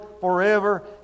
forever